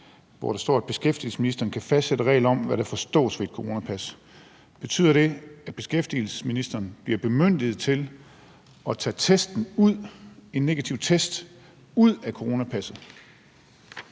hvor der står, at beskæftigelsesministeren kan fastsætte en regel om, hvad der forstås ved et coronapas. Betyder det, at beskæftigelsesministeren bliver bemyndiget til at tage en negativ test ud af coronapasset?